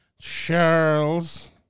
Charles